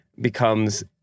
becomes